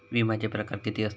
विमाचे प्रकार किती असतत?